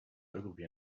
ogilvy